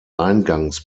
eingangs